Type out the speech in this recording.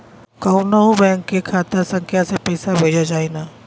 कौन्हू बैंक के खाता संख्या से पैसा भेजा जाई न?